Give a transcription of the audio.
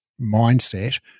mindset